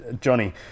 Johnny